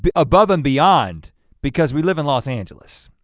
but above and beyond because we live in los angeles.